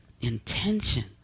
intention